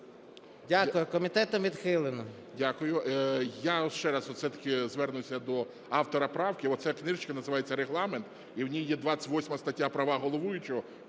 Дякую. Комітетом відхилено.